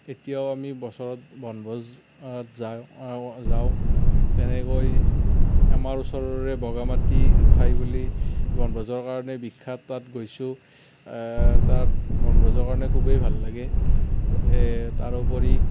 এতিয়াও আমি বছৰত বনভোজত যাওঁ যাওঁ তেনেকৈ আমাৰ ওচৰৰে বগামাটি ঠাই বুলি বনভোজৰ কাৰণে বিখ্যাত তাত গৈছোঁ তাত বনভোজৰ কাৰণে খুবেই ভাল লাগে তাৰোপৰি